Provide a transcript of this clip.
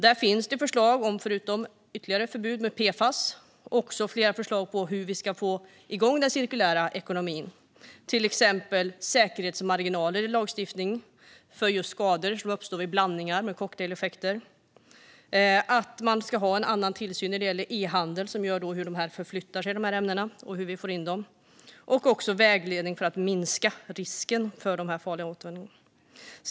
Där finns, förutom ytterligare förbud mot PFAS, också flera förslag på hur vi ska få igång den cirkulära ekonomin, till exempel säkerhetsmarginaler i lagstiftning för just skador som uppstår vid blandningar med cocktaileffekter, att man ska ha en annan tillsyn när det gäller e-handel för att se hur de här ämnena förflyttar sig och hur vi får in dem liksom vägledning för att minska risken för farlig återanvändning.